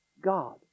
God